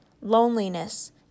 loneliness